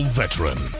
veteran